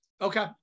okay